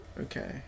Okay